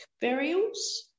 burials